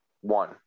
one